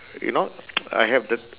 you know I have the